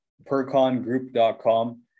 percongroup.com